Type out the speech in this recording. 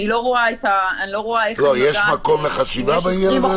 יש מקום לחשיבה בעניין הזה לדעתך?